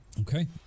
Okay